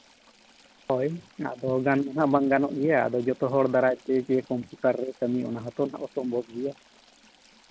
ᱦᱳᱭ ᱟᱫᱚ ᱜᱟᱱᱚᱜ ᱦᱚᱸ ᱵᱟᱝ ᱜᱟᱱᱚᱜ ᱜᱮᱭᱟ ᱟᱫᱚ ᱡᱚᱛᱚ ᱦᱚᱲ ᱫᱟᱨᱟᱭ ᱛᱮ ᱡᱮ ᱠᱚᱢᱯᱩᱴᱟᱨ ᱨᱮ ᱠᱟᱹᱢᱤ ᱚᱱᱟ ᱦᱚᱸᱛᱚ ᱚᱥᱚᱢᱵᱷᱚᱵᱽ ᱜᱮᱭᱟ